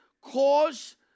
cause